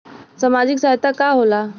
सामाजिक सहायता का होला?